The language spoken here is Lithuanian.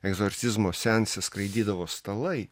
egzorcizmo seanse skraidydavo stalai